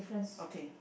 okay